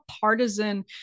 partisan